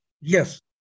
yes